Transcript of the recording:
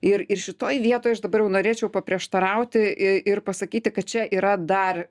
ir ir šitoj vietoj aš dabar jau norėčiau paprieštarauti i ir pasakyti kad čia yra dar